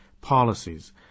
Policies